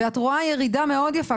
את רואה ירידה מאוד יפה,